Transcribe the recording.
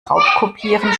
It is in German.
raubkopieren